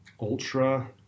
Ultra